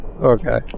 okay